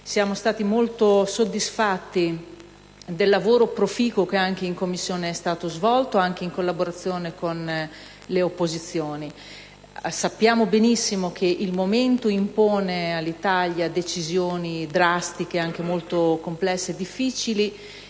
Siamo molto soddisfatti del lavoro proficuo svolto in Commissione, anche in collaborazione con le opposizioni. Sappiamo bene che il momento impone all'Italia decisioni drastiche, complesse e difficili.